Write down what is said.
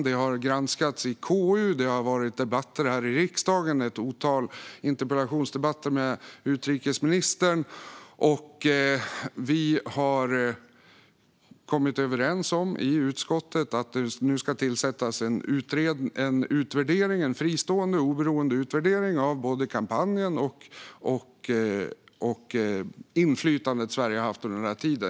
Detta har granskats i KU, det har varit debatter här i riksdagen - ett otal interpellationsdebatter med utrikesministern - och vi har kommit överens i utskottet om att det nu ska göras en fristående och oberoende utvärdering av både kampanjen och det inflytande som Sverige har haft under denna tid.